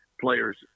players